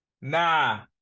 Nah